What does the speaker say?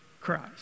Christ